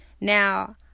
Now